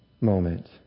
moment